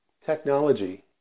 technology